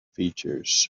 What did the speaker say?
features